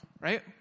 right